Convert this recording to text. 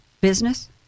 business